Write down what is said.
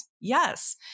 Yes